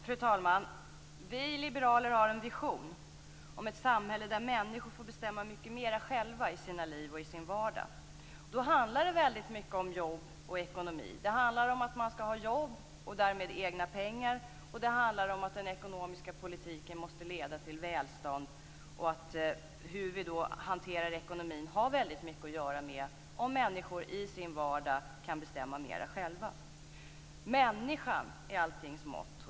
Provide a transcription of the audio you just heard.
Fru talman! Vi liberaler har en vision om ett samhälle där människor får bestämma mycket mer själva i sina liv och i sin vardag. Det handlar mycket om jobb och ekonomi. Man skall ha jobb och därmed egna pengar. Den ekonomiska politiken måste leda till välstånd. Hur vi hanterar ekonomin har mycket stor betydelse för om människor i sin vardag kan bestämma mer själva. Människan är alltings mått.